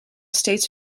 steeds